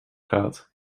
gaat